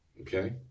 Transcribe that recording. Okay